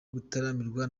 gutaramirwa